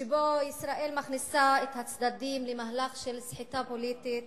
שבו ישראל מכניסה את הצדדים למהלך של סחיטה פוליטית